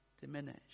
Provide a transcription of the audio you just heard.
diminish